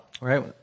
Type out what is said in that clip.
Right